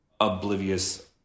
oblivious